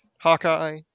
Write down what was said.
Hawkeye